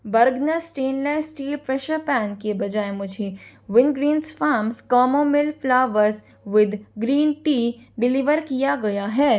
बर्गनस stainless steel pressure pan के बजाय मुझे Wingreens farms chamomile flowers with green tea deliver किया गया है